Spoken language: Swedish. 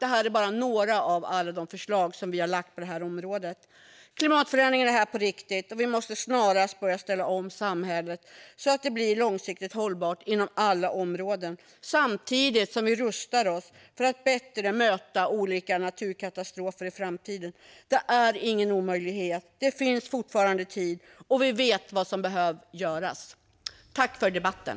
Detta är bara några av alla de förslag som vi har lagt fram på det här området. Klimatförändringarna är här på riktigt, och vi måste snarast börja ställa om samhället så att det blir långsiktigt hållbart inom alla områden. Samtidigt måste vi rusta oss för att bättre kunna möta olika naturkatastrofer i framtiden. Det är ingen omöjlighet. Det finns fortfarande tid, och vi vet vad som behöver göras. Tack för debatten!